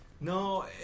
No